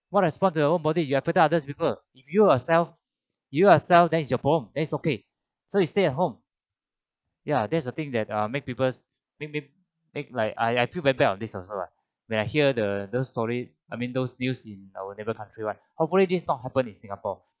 what respond to your own body you affected others people if you yourself you yourself then that is the problem then it's okay so he stay at home ya that's the thing uh make peoples make make like I I feel very bad on this also ah when I hear the the story I mean those news in our neighbour country [one] hopefully this not happen in singapore